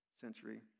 century